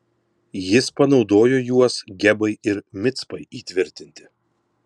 jis panaudojo juos gebai ir micpai įtvirtinti